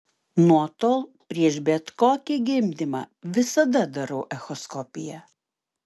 nuo tol prieš bet kokį gimdymą visada darau echoskopiją